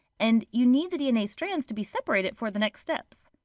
and you need the dna strands to be separated for the next steps.